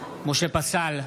משה פסל,